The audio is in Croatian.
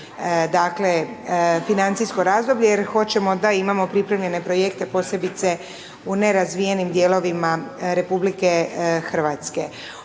sljedeće financijsko razdoblje, jer hoćemo da imamo pripremljene projekte posebice u nerazvijenim dijelovima RH.